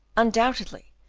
undoubtedly,